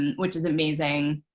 and which is amazing.